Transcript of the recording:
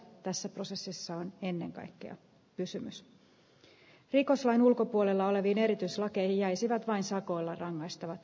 tässä prosessissa on ennen kaikkea kysymys rikoslain ulkopuolella oleviin erityislakeihin jäisivät vain sakolla rangaistavat